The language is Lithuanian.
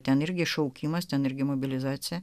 ten irgi šaukimas ten irgi mobilizacija